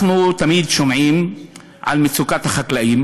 אנחנו תמיד שומעים על מצוקת החקלאים,